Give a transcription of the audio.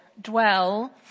dwell